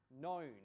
Known